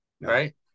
right